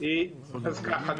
אז ככה,